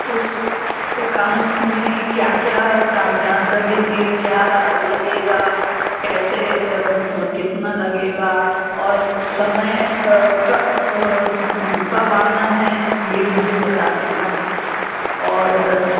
उस एकाउंट में क्या क्या कागजात लगेंगे क्या लगेगा कैसे कितना लगेगा और समय कब कब आना है ये मुझे बता देना और